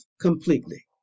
completely